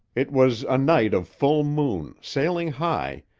it was a night of full moon, sailing high,